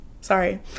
sorry